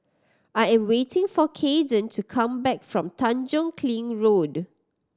I am waiting for Kaiden to come back from Tanjong Kling Road